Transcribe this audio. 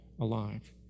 alive